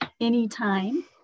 anytime